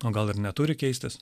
o gal ir neturi keistis